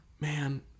man